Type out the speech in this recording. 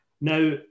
Now